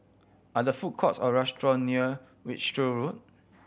are there food courts or restaurants near Wiltshire Road